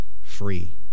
free